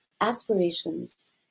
aspirations